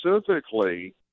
specifically